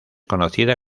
conocida